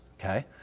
okay